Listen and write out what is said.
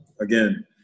again